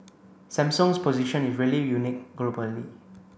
Samsung's position is really unique globally